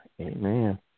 Amen